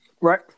right